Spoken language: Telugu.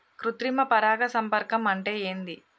కృత్రిమ పరాగ సంపర్కం అంటే ఏంది?